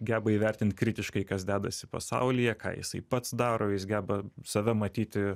geba įvertinti kritiškai kas dedasi pasaulyje ką jisai pats daro jis geba save matyti